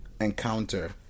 encounter